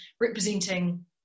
representing